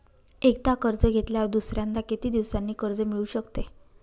एकदा कर्ज घेतल्यावर दुसऱ्यांदा किती दिवसांनी कर्ज मिळू शकते?